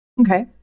Okay